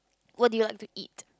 what do you like to eat